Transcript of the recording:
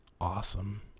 awesome